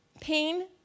Pain